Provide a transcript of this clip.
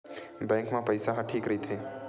Bank मा पईसा ह ठीक राइथे?